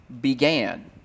began